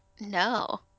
no